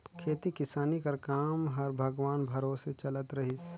खेती किसानी कर काम हर भगवान भरोसे चलत रहिस